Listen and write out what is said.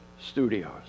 Studios